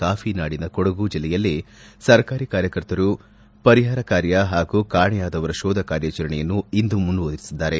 ಕಾಫಿಯ ನಾಡು ಕೊಡಗು ಜಿಲ್ಲೆಯಲ್ಲಿ ಸರ್ಕಾರಿ ಕಾರ್ಯಕರ್ತರು ಪರಿಹಾರ ಕಾರ್ಯ ಹಾಗು ಕಾಣೆಯಾದವರ ಶೋಧ ಕಾರ್ಯಾಚರಣೆಯನ್ನು ಇನ್ನು ಮುಂದುವರೆಸಿದ್ದಾರೆ